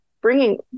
bringing